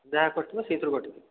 ଯାହା କଟିବ ସେଇଥିରୁ କଟିବ